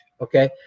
okay